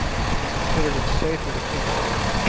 which we considered it safer to keep on,